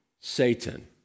Satan